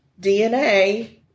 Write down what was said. DNA